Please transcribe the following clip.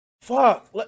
fuck